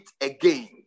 again